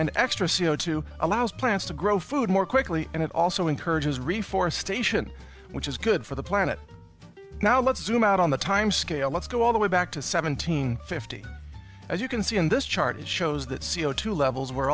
and extra c o two allows plants to grow food more quickly and it also encourages reforestation which is good for the planet now let's zoom out on the time scale let's go all the way back to seventeen fifty as you can see in this chart it shows that c o two levels were